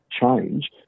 change